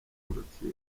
w’urukiko